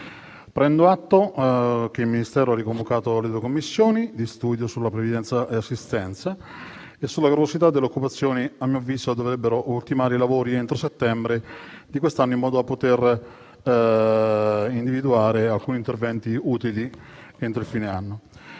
Prendo atto che il Ministero ha riconvocato le due commissioni di studio sulla previdenza e assistenza e sulla gravosità dell'occupazione, che a mio avviso dovrebbero ultimare i lavori entro settembre di quest'anno, in modo da poter individuare alcuni interventi utili entro fine anno.